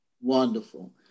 Wonderful